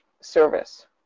service